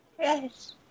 Yes